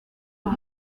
los